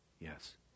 Yes